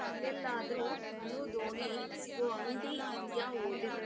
ಇಲ್ಲೆಲ್ಲಾದರು ಕನು ದೋಣಿ ಸಿಗೋ ಅಂಗಡಿ ಇದೆಯಾ ಓಲಿ